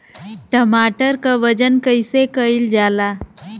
टमाटर क वजन कईसे कईल जाला?